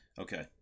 Okay